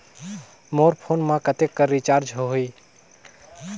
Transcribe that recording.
मोर phone मा कतेक कर रिचार्ज हो ही?